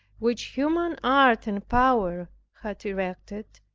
which human art and power had erected,